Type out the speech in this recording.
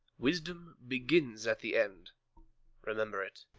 wisdom begins at the end remember it.